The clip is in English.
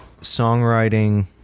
songwriting